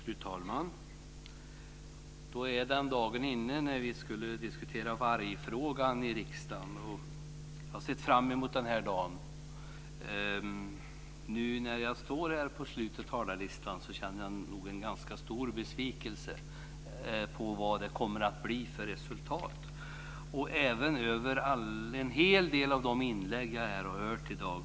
Fru talman! Då var den dagen inne när vi skulle diskutera vargfrågan i riksdagen. Jag har sett fram emot den här dagen. Nu när jag står här som en av de sista talarna känner jag en ganska stor besvikelse över vad det kommer att bli för resultat. Jag är även besviken över en hel del av de inlägg jag har hört här i dag.